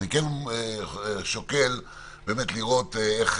אני כן שוקל באמת לראות איך